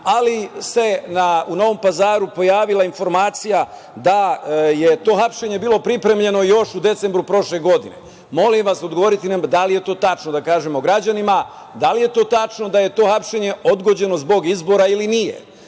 ali se u Novom Pazaru pojavila informacija da je to hapšenje bilo pripremljeno još u decembru prošle godine. Molim vas odgovorite nam da li je to tačno da kažemo građanima? Da li je to tačno da je to hapšenje odgođeno zbog izbora ili